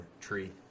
Tree